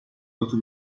اتو